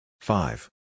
Five